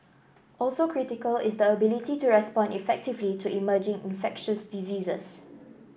also critical is the ability to respond effectively to emerging infectious diseases